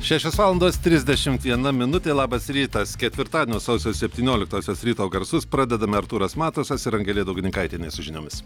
šešios valandos trisdešimt viena minutė labas rytas ketvirtadienio sausio septynioliktosios ryto garsus pradedame artūras matusas ir angelė daugininkaitienė su žiniomis